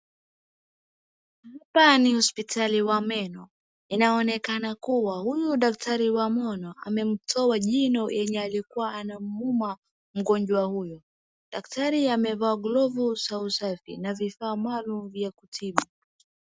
Hapa ni hospitali ya meno, inaonekana kuwa huyu daktari wa meno amemtoa jino yenye ilikuwa inamuuma mgonjwa huyu. Daktari amevaa glovu za usafi na vifaa maalum vya kutibu.